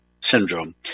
syndrome